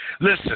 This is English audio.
Listen